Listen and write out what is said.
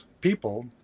people